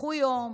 לקחו יום,